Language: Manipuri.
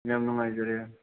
ꯌꯥꯝ ꯅꯨꯡꯉꯥꯏꯖꯔꯦ